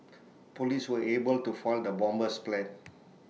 Police were able to foil the bomber's plans